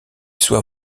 soit